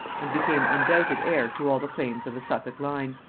and became undoubted heir to all the claims of the suffolk line.